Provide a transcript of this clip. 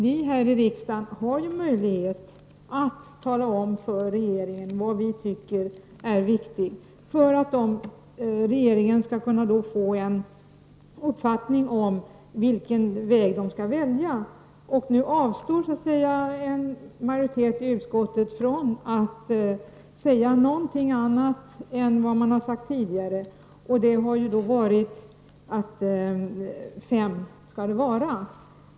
Vi här i riksdagen har möjlighet att tala om för regeringen vad vi tycker är viktigt för att regeringen skall kunna få en uppfattning om vilken väg den skall välja. Nu avstår en majoritet i utskottet från att säga något annat än vad man har sagt tidigare. Det har då varit att det skall vara minimum fem medlemmar.